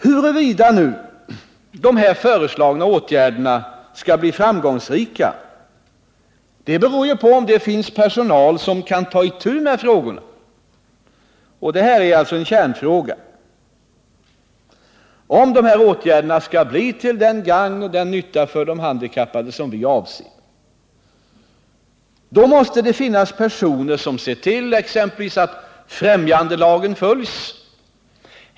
Huruvida de föreslagna åtgärderna skall bli framgångsrika beror på om det finns personal som kan ta itu med dessa frågor. Detta är alltså en kärnfråga. Om de föreslagna åtgärderna skall bli till gagn och nytta för de handikappade, så som vi avser, måste det finnas personer som exempelvis ser till att främjandelagen följs.